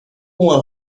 uma